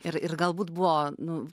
ir ir galbūt buvo nu